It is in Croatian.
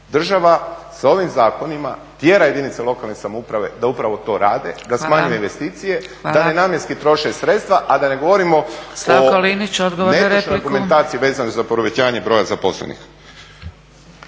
Država sa ovim zakonima tjera jedinice lokalne samouprave da upravo to rade, da smanje investicije, da nenamjenski troše sredstva, a da ne govorimo o netočnoj argumentaciji vezano za povećanje broja zaposlenih.